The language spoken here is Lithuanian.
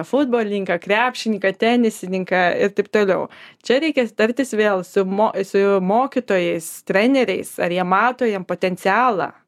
futbolininką krepšininką tenisininką ir taip toliau čia reikia tartis vėl su mo su mokytojais treneriais ar jie mato jam potencialą